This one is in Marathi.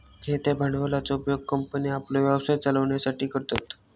खेळत्या भांडवलाचो उपयोग कंपन्ये आपलो व्यवसाय चलवच्यासाठी करतत